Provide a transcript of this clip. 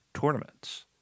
tournaments